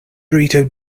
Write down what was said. burrito